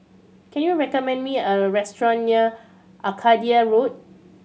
can you recommend me a restaurant near Arcadia Road